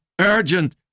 urgent